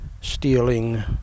stealing